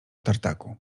tartaku